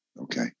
Okay